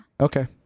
Okay